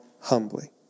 humbly